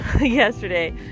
yesterday